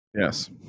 Yes